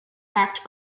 packed